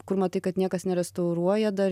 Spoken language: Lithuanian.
kur matai kad niekas nerestauruoja dar